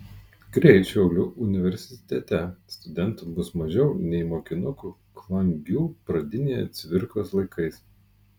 greit šiaulių universitete studentų bus mažiau nei mokinukų klangių pradinėje cvirkos laikais